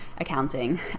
accounting